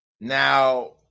Now